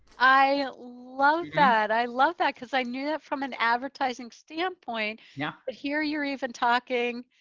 i love that. i love that. cause i knew that from an advertising standpoint, yeah but here you're even talking,